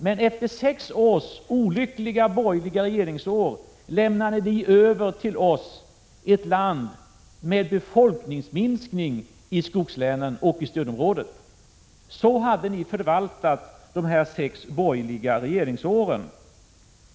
Men efter sex olyckliga borgerliga regeringsår lämnade ni till oss över ett land med befolkningsminskning i skogslänen och i stödområdet. Så hade ni förvaltat dessa sex borgerliga regeringsår.